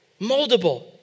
moldable